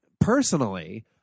personally